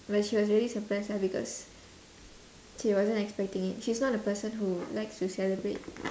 but she was really surprised lah because she wasn't expecting it she's not the person who likes to celebrate